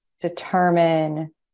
determine